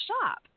shop